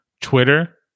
Twitter